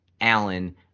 Allen